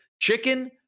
chicken